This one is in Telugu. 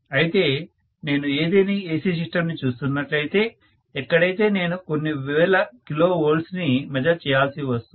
అయితే నేను ఏదేని AC సిస్టమ్ ని చూస్తున్నట్లయితే ఎక్కడైతే నేను కొన్ని వేల కిలోవోల్ట్స్ ని మెజర్ చేయాల్సి వస్తుంది